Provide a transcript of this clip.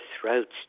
throats